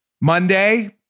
Monday